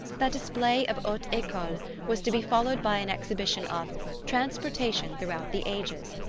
the display of haute ecole was to be followed by an exhibition of transportation throughout the ages,